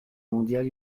mondiale